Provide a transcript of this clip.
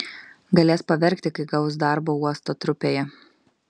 galės paverkti kai gaus darbą uosto trupėje